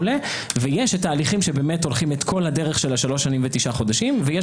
ויש ההליכים שהולכים את כל הדרך של השלוש שנים ותשעה חודשים ויש